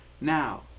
now